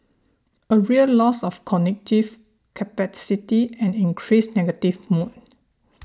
a real loss of cognitive capacity and increased negative mood